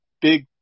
big